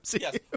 Yes